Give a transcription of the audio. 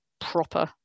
proper